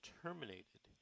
terminated